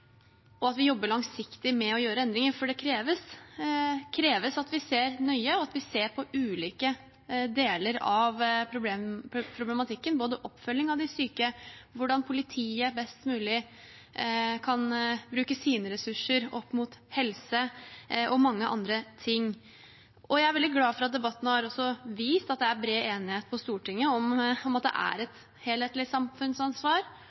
og at vi jobber langsiktig med å gjøre endringer, for det kreves at vi ser nøye etter og ser på ulike deler av problematikken, både oppfølging av de syke, hvordan politiet best mulig kan bruke sine ressurser opp mot helse, og mange andre ting. Jeg er også veldig glad for at debatten har vist at det er bred enighet på Stortinget om at det er et helhetlig samfunnsansvar